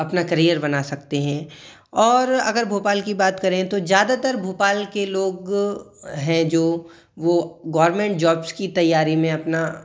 अपना करियर बना सकते हें और अगर भोपाल की बात करें तो ज़्यादातर भोपाल के लोग हैं जो वो गौरमेंट जॉब्स की तैयारी में अपना